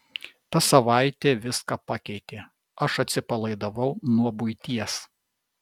ta savaitė viską pakeitė aš atsipalaidavau nuo buities